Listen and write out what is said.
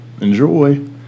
Enjoy